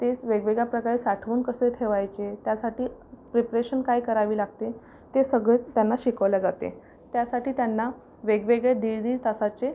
तेच वेगवेगळ्या प्रकारे साठवून कसे ठेवायचे त्यासाठी प्रीपरेशन काय करावी लागते ते सगळं त्यांना शिकवले जाते त्यासाठी त्यांना वेगवेगळे दीड दीड तासाचे